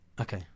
okay